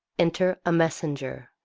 enter a messenger.